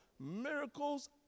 Miracles